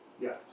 Yes